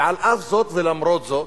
ועל אף זאת ולמרות זאת,